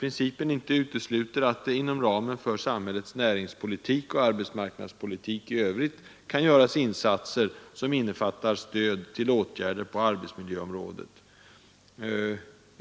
principen inte utesluter att inom ramen för samhällets näringspolitik och arbetsmarknadspolitik i övrigt kan göras insatser, som innefattar stöd till åtgärder på arbetsmiljöområdet.